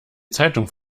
zeitung